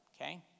okay